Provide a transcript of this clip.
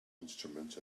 instruments